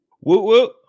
Woo-woo